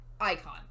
Icon